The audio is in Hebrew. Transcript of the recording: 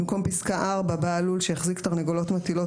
במקום פסקה (4) יבוא: "(4)בעל לול שהחזיק תרנגולות מטילות